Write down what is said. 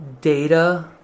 data